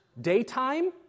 daytime